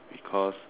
because